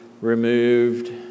removed